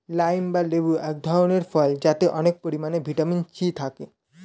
lime বা লেবু এক ধরনের ফল যাতে অনেক পরিমাণে ভিটামিন সি থাকে